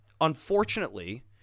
Unfortunately